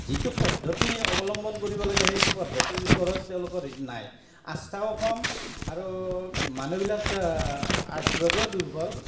যিটো পদ্ধতি অৱলম্বন কৰিব লাগে সেইটো পদ্ধতিৰ ওপৰত তেওঁলোকৰ নাই আস্থাও কম আৰু মানুহবিলাক আৰ্থিকভাৱেও দুৰ্বল